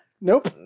Nope